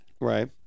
Right